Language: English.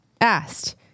asked